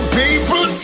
people